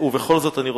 בכל זאת אני רוצה,